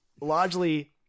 largely